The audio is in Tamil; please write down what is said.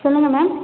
சொல்லுங்க மேம்